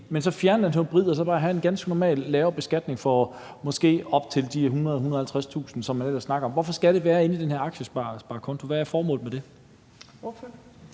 og så kunne man have en ganske normal lavere beskatning for måske op til de 100.000-150.000 kr., som man ellers snakker om. Hvorfor skal det være inden for den her aktiesparekonto, hvad er formålet med det?